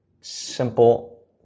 simple